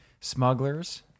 Smugglers